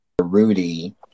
Rudy